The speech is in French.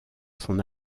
son